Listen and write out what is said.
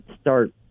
start